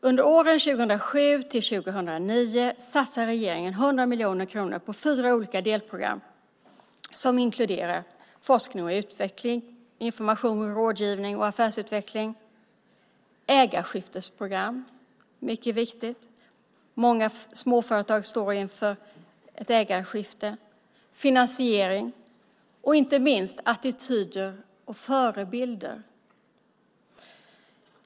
Under åren 2007 till 2009 satsar regeringen 100 miljoner kronor på fyra olika delprogram som inkluderar forskning och utveckling, information, rådgivning och affärsutveckling, ägarskiftesprogram - mycket viktigt eftersom många småföretag står inför ett ägarskifte - finansiering och inte minst attityder och förebilder.